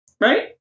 right